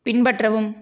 பின்பற்றவும்